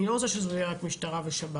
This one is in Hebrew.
אני לא רוצה שזה יהיה רק משטרה ושב"ס.